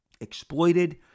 exploited